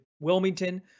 Wilmington